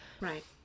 Right